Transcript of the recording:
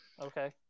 okay